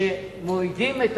על כך שמורידים את